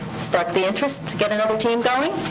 start the interest, get another team going.